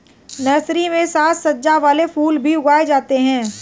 nursery में साज सज्जा वाले फूल भी उगाए जाते हैं